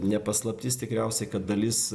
ne paslaptis tikriausiai kad dalis